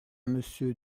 monsieur